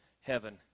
heaven